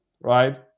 right